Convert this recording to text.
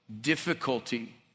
difficulty